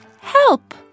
Help